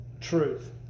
truth